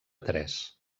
tres